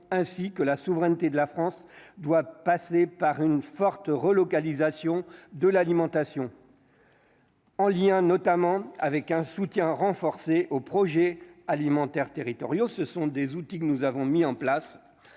ainsi que la souveraineté de la France doit passer par une forte relocalisation de l'alimentation. En lien notamment avec un soutien renforcé aux projets alimentaires territoriaux, ce sont des outils que nous avons mis en place